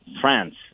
France